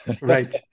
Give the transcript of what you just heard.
Right